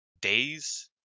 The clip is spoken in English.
days